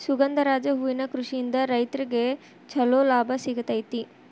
ಸುಗಂಧರಾಜ ಹೂವಿನ ಕೃಷಿಯಿಂದ ರೈತ್ರಗೆ ಚಂಲೋ ಲಾಭ ಸಿಗತೈತಿ